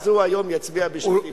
אז הוא היום יצביע בשבילי פעם אחת.